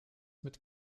mit